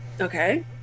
Okay